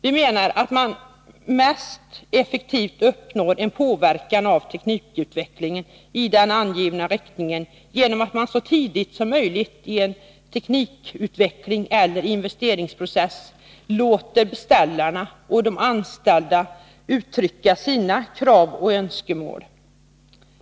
Vi menar att man effektivast uppnår en påverkan av teknikutvecklingen i den angivna riktningen genom att man så tidigt som möjligt i en teknikutvecklingseller investeringsprocess låter beställarna och de anställda uttrycka sina krav och önskemål.